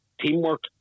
teamwork